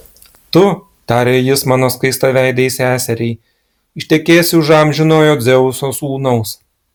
tu tarė jis mano skaistaveidei seseriai ištekėsi už amžinojo dzeuso sūnaus